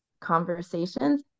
conversations